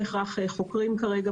אני רואה שכולנו חוזרים על עצמנו,